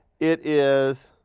it is